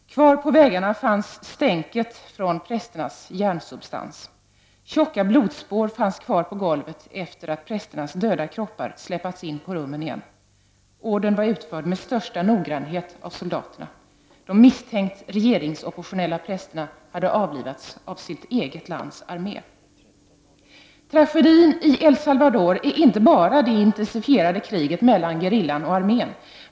Kvar på väggarna fanns stänk från prästernas hjärnsubstans. Tjocka blodspår fanns kvar på golvet efter det att prästernas döda kroppar släpats in på rummen igen. Ordern var utförd med största noggrannhet av soldaterna. De misstänkta regeringsoppositionella prästerna hade avlivats av sitt lands armé. Tragedin i El Salvador är inte enbart det intensifierade kriget mellan gerillan och armén.